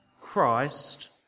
Christ